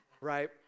right